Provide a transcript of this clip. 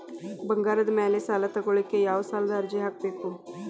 ಬಂಗಾರದ ಮ್ಯಾಲೆ ಸಾಲಾ ತಗೋಳಿಕ್ಕೆ ಯಾವ ಸಾಲದ ಅರ್ಜಿ ಹಾಕ್ಬೇಕು?